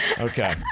Okay